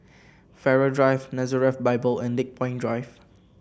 Farrer Drive Nazareth Bible and Lakepoint Drive